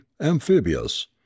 amphibious